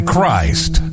Christ